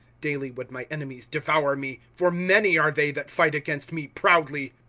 daily would my enemies devour me for many are they that fight against me proudly.